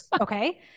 okay